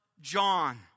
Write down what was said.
John